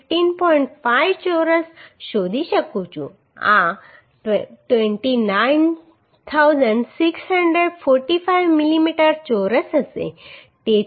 5 ચોરસ શોધી શકું છું આ 29645 મિલીમીટર ચોરસ હશે